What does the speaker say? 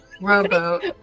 rowboat